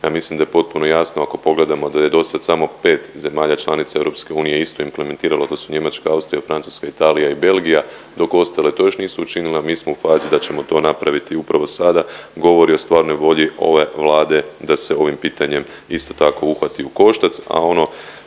Ja mislim da je potpuno jasno ako pogledamo da je dosad samo 5 zemalja članica EU istu implementiralo. To su Njemačka, Austrija, Francuska, Italija i Belgija dok ostale to još nisu učinile. Mi smo u fazi da ćemo to napraviti upravo sada. Govori o stvarnoj volji ove Vlade da se ovim pitanjem isto tako uhvati u koštac. A ono